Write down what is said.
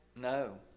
no